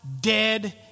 dead